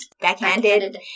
Backhanded